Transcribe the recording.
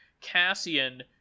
Cassian